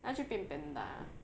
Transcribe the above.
那就变 panda